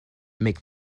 make